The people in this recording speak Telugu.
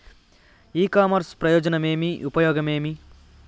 ఇ కామర్స్ ప్రయోజనం ఏమి? ఉపయోగం ఏమి?